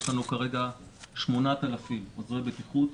יש לנו כרגע 8,000 עוזרי בטיחות,